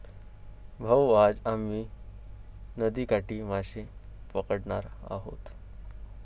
भाऊ, आज आम्ही नदीकाठी मासे पकडणार आहोत